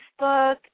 Facebook